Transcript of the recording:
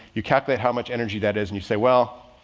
you calculate how much energy that is, and you say, well,